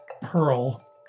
pearl